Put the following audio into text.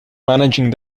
managing